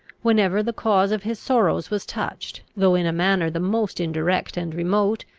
whenever the cause of his sorrows was touched, though in a manner the most indirect and remote,